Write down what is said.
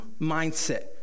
mindset